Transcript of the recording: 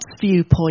viewpoint